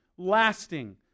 lasting